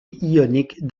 ionique